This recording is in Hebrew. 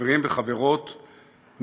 חברים וחברות,